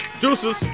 Deuces